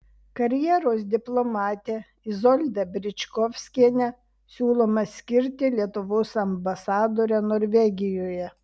karjeros diplomatę izoldą bričkovskienę siūloma skirti lietuvos ambasadore norvegijoje